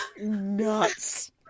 nuts